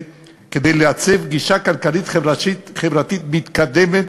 כדי לעצב גישה כלכלית-חברתית מתקדמת